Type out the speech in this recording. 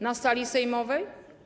Na sali sejmowej?